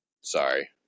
Sorry